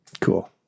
Cool